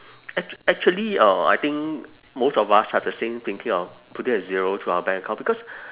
actua~ actually uh I think most of us have the same thinking of putting a zero to our bank account because